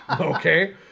Okay